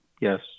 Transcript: yes